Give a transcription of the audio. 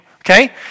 Okay